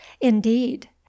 indeed